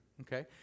okay